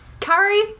curry